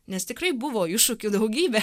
nes tikrai buvo iššūkių daugybė